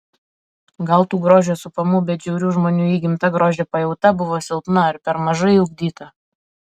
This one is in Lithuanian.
gal tų grožio supamų bet žiaurių žmonių įgimta grožio pajauta buvo silpna arba per mažai ugdyta